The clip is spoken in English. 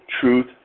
truth